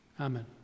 Amen